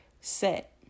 Set